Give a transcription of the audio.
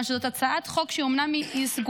זאת הצעת חוק שהיא אומנם סגורה,